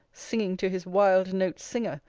singing to his wild note singer,